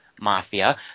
mafia